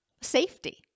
safety